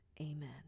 Amen